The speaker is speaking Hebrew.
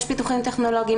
יש פיתוחים טכנולוגיים,